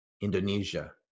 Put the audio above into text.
Indonesia